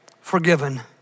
forgiven